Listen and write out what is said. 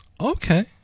Okay